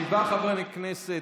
שבעה חברי כנסת,